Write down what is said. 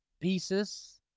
pieces